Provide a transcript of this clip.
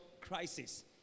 crisis